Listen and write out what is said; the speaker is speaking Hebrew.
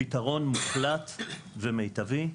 פתרון מוחלט ומיטבי,